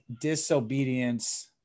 disobedience